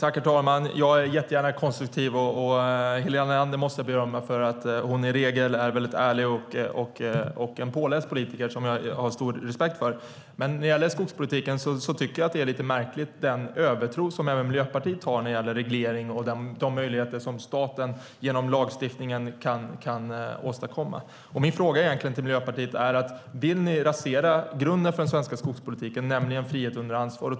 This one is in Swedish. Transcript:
Herr talman! Jag är gärna konstruktiv. Helena Leander måste jag berömma för att hon i regel är en ärlig och påläst politiker som jag har stor respekt för. När det gäller skogspolitiken tycker jag att den övertro som även Miljöpartiet har på reglering och på de möjligheter som staten har genom lagstiftning är lite märklig. Min fråga till Miljöpartiet är: Vill ni rasera grunden för den svenska skogspolitiken, nämligen frihet under ansvar?